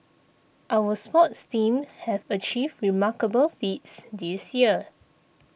our sports teams have achieved remarkable feats this year